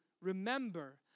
remember